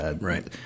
Right